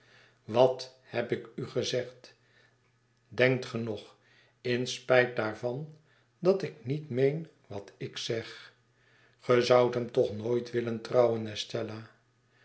wat heb ik u gezegd benkt ge nog in spijt daarvan dat ik niet meen wat ik zeg ge zoudt hem toch nooit willen trouwen